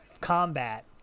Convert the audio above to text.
combat